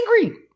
angry